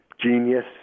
genius